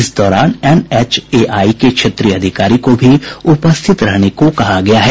इस दौरान एनएचएआई के क्षेत्रीय अधिकारी को भी उपस्थित रहने को कहा गया है